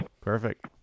Perfect